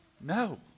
no